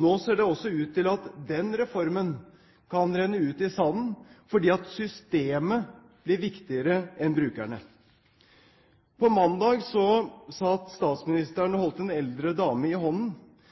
Nå ser det også ut til at den reformen kan renne ut i sanden fordi systemet blir viktigere enn brukerne. På mandag satt statsministeren og holdt en eldre dame i hånden